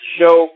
show